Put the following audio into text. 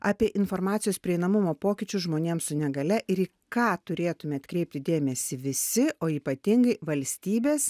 apie informacijos prieinamumo pokyčius žmonėm su negalia ir į ką turėtume atkreipti dėmesį visi o ypatingai valstybės